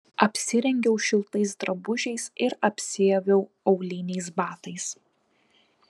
apsirengiau šiltais drabužiais ir apsiaviau auliniais batais